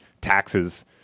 taxes